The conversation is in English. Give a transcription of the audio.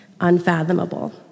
Unfathomable